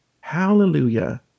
Hallelujah